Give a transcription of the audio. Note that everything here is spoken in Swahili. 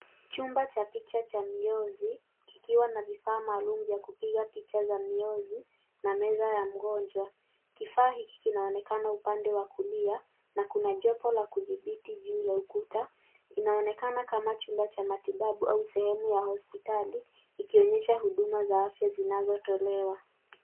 Chumba cha picha cha miozi, kikiwa na vifaa maalumu vya kupiga picha za viozi, na meza ya mgonjwa. Kifaa hiki kinaonekana upande wa kulia na kuna jopo la kudhibiti juu ya ukuta. Inaonekana kama chumba cha matibabu au sehemu ya hospitali, ikionyesha huduma za afya zinazotolewa.